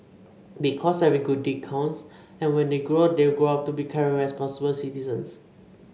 because every good deed counts and when they grow up they will grow up to be caring responsible citizens